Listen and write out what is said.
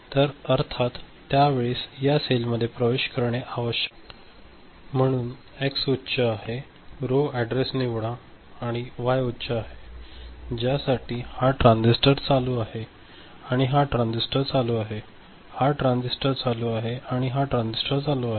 तर अर्थात त्यावेळेस या सेलमध्ये प्रवेश करणे आवश्यक आहे म्हणून एक्स उच्च आहेरो अॅड्रेस निवडा आणि वाय उच्च आहे ज्यासाठी हा ट्रान्झिस्टर चालू आहे आणि हा ट्रान्झिस्टर चालू आहे हा ट्रान्झिस्टर चालू आहे आणि हा ट्रान्झिस्टर चालू आहे